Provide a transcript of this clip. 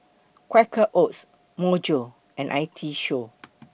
Quaker Oats Myojo and I T Show